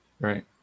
right